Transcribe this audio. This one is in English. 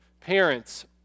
parents